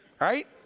right